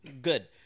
Good